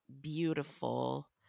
beautiful